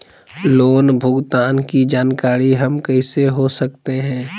Loan भुगतान की जानकारी हम कैसे हो सकते हैं?